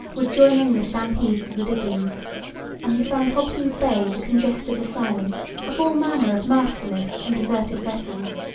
would join in the stampede to the diggings and we found hobson's bay the congested asylum of all manner of masterless and deserted vessels.